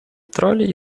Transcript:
тролі